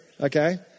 Okay